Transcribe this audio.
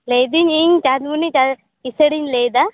ᱞᱟ ᱭᱤᱫᱟᱹᱧ ᱤᱧ ᱪᱟᱸᱫᱢᱩᱱᱤ ᱰᱟᱭ ᱠᱤᱥᱟ ᱨᱤᱧ ᱞᱟ ᱭᱮᱫᱟ